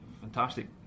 fantastic